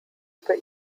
über